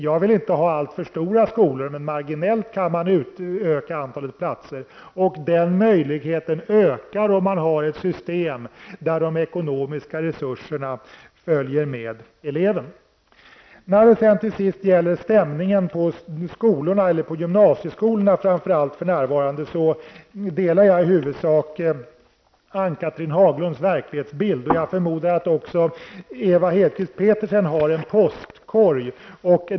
Jag vill inte ha alltför stora skolor, men marginellt kan antalet platser utökas. Den möjligheten ökar om det finns ett system där de ekonomiska resurserna följer med eleven. Till sist har vi den för närvarande rådande stämningen på gymnasieskolorna. Jag delar i huvudsak Ann-Cathrine Haglunds verklighetsbild. Jag förmodar att även Ewa Hedkvist Petersen har en postkorg.